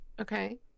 Okay